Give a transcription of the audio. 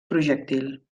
projectil